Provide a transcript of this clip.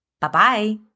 Bye-bye